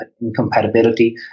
incompatibility